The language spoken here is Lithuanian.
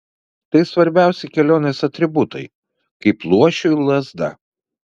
tai svarbiausi kelionės atributai kaip luošiui lazda